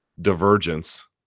divergence